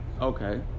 Okay